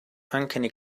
uncanny